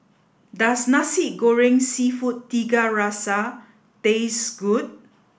does Nasi Goreng Seafood Tiga Rasa taste good